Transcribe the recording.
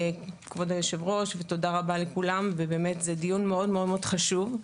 תודה לכולם על הדיון המאוד מאוד חשוב הזה.